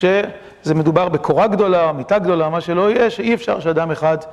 שזה מדובר בקורה גדולה, או מיטה גדולה, מה שלא יהיה, שאי אפשר שאדם אחד...